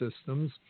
systems